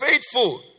faithful